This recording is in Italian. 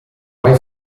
mai